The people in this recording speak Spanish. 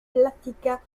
plática